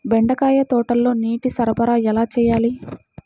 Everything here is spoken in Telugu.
బెండకాయ తోటలో నీటి సరఫరా ఎలా చేయాలి?